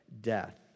death